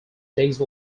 daisy